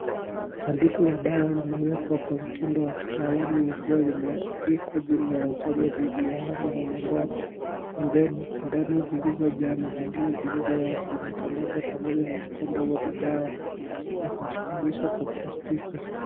Sanduku la dawa limewekwa kwa mtindo wa kitaalamu likiwa limeandikwa jina la chanjo dhidi ya homa ya manjano, pembeni sindano zilizojaa na zingine zilizo wazi zimetandazwa pamoja na chupa ndogo za dawa na kujifungasha kwa plastiki.